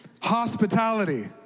hospitality